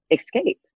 escape